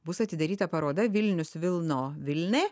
bus atidaryta paroda vilnius vilno vilnė